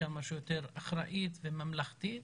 כמה שיותר אחראית וממלכתית.